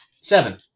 Seven